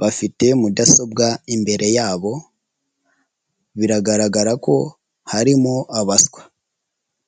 Bafite mudasobwa imbere yabo biragaragara ko harimo abaswa.